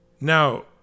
Now